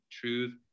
truth